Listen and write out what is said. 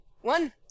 One